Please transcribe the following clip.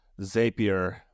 Zapier